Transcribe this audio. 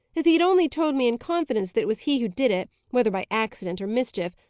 if he had only told me in confidence that it was he who did it, whether by accident or mischief,